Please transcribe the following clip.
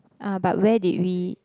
uh but where did we